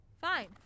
Fine